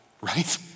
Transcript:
right